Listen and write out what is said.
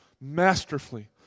masterfully